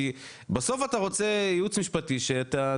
כי בסוף אתה רוצה ייעוץ משפטי שאתה,